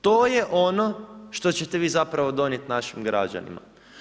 To je ono što ćete vi zapravo donijeti našim građanima.